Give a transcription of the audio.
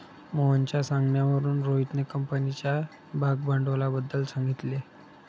मोहनच्या सांगण्यावरून रोहितने कंपनीच्या भागभांडवलाबद्दल सांगितले